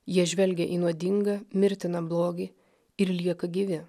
jie žvelgia į nuodingą mirtiną blogį ir lieka gyvi